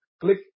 click